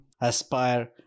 Aspire